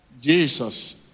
Jesus